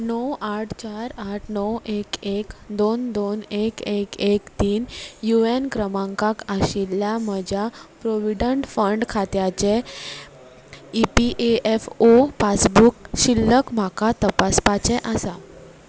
णव आठ चार आठ णव एक एक दोन दोन एक एक एक तीन यु एन क्रमांकाक आशिल्ल्या म्हज्या प्रोविडंट फंड खात्याचें E P F O passbook शिल्लक म्हाका तपासपाचें आसा